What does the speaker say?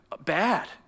bad